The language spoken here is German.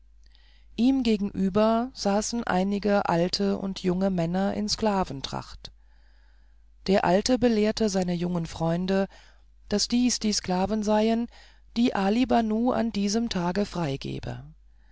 ihm gegenüber saßen einige alte und junge männer in sklaventracht der alte belehrte seine jungen freunde daß dies die sklaven seien die ali banu an diesem tage freigebe